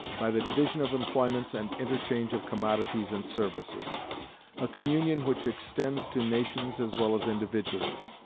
by the division of employments and interchange of commodities and services a communion which extends to nations as well as individuals.